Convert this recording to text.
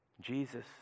jesus